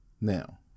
Now